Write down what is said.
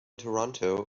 toronto